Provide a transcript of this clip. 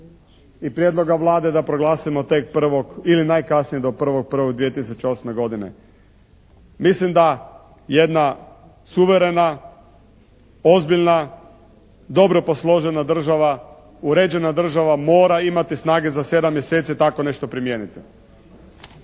i prijedloga Vlade da proglasimo tek 1. ili najkasnije do 1.1.2008. godine. Mislim da jedna suverena, ozbiljna, dobro posložena država, uređena država mora imati snage za 7 mjeseci tako nešto primijeniti.